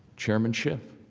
chairman schiff.